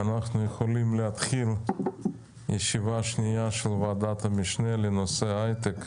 ואנחנו יכולים להתחיל ישיבה שנייה של ועדת המשנה לנושא ההייטק.